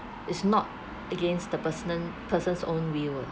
it's not against the person-nent person's own will